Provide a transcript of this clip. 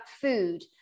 food